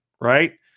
right